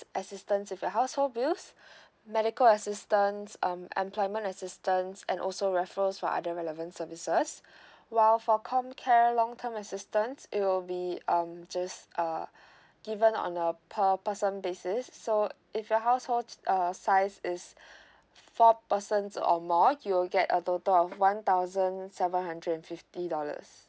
assistance if your household bills medical assistance um employment assistance and also raffles for other relevant services while for Comcare long term assistance it will be um just uh given on a per person basis so if your household err size is four persons or more you will get a total of one thousand seven hundred and fifty dollars